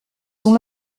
sont